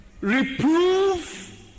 reprove